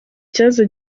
ikibazo